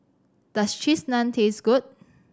does Cheese Naan taste good